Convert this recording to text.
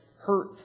hurt